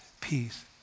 peace